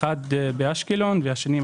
האחד באשקלון והשני,